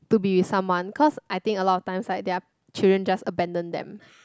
to be with someone cause I think a lot of times right their children just abandon them